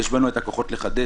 יש בנו את הכוחות לחדש,